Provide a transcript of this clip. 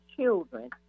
children